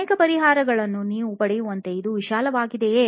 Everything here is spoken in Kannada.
ಅನೇಕ ಪರಿಹಾರಗಳನ್ನು ನೀವು ಪಡೆಯುವಷ್ಟು ಇದು ವಿಶಾಲವಾಗಿದೆಯೇ